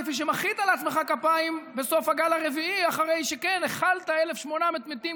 כפי שמחאת לעצמך כפיים בסוף הגל הרביעי אחרי שהכלת 1,800 מתים,